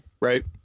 Right